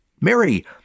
Mary